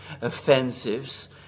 offensives